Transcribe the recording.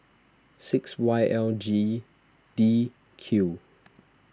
six Y L G D Q